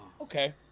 Okay